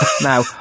now